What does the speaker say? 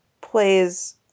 plays